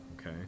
okay